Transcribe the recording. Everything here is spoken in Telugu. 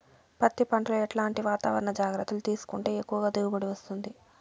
పత్తి పంట లో ఎట్లాంటి వాతావరణ జాగ్రత్తలు తీసుకుంటే ఎక్కువగా దిగుబడి వస్తుంది?